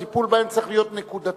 הטיפול בהם צריך להיות נקודתי,